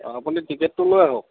অঁ আপুনি টিকেটটো লৈ আহক